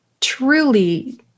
truly